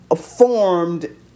formed